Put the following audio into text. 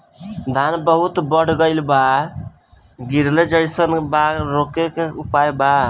धान बहुत बढ़ गईल बा गिरले जईसन बा रोके क का उपाय बा?